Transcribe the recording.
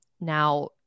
Now